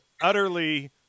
utterly